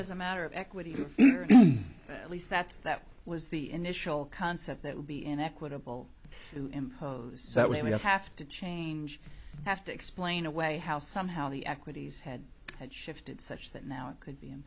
as a matter of equity at least that's that was the initial concept that would be an equitable imposed that we now have to change have to explain away how somehow the equities had shifted such that now it could be an